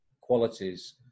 qualities